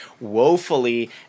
woefully